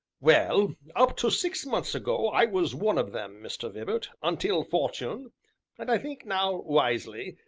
well, up to six months ago, i was one of them, mr. vibart, until fortune, and i think now, wisely,